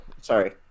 sorry